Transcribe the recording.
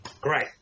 Great